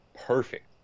perfect